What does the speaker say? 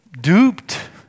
duped